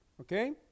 okay